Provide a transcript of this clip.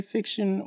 Fiction